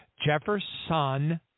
jefferson